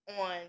on